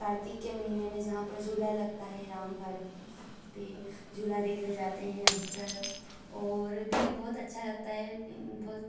कार्तिक के महीने में जहाँ पर झूला लगता है रामघाट पर झूला देखने जाते हैं अधिकतर और भी बहुत अच्छा लगता है बहुत